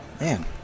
man